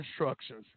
instructions